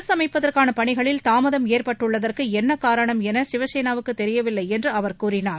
அரசு அமைப்பதற்கான பணிகளில் தாமதம் ஏற்பட்டுள்ளதற்கு என்ன காரணம் என் சிவசேனாவுக்கு தெரியவில்லை என்று அவர் கூறினார்